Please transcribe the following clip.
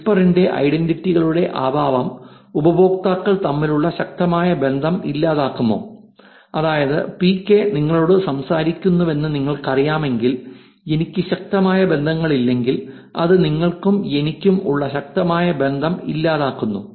Whisper ഇന്റെ ഐഡന്റിറ്റികളുടെ അഭാവം ഉപയോക്താക്കൾ തമ്മിലുള്ള ശക്തമായ ബന്ധം ഇല്ലാതാക്കുമോ അതായത് പികെ നിങ്ങളോട് സംസാരിക്കുന്നുവെന്ന് നിങ്ങൾക്കറിയില്ലെങ്കിൽ എനിക്ക് ശക്തമായ ബന്ധങ്ങളില്ലെങ്കിൽ അത് നിങ്ങൾക്കും എനിക്കും ഉള്ള ശക്തമായ ബന്ധം ഇല്ലാതാക്കുന്നു